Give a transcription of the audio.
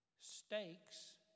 stakes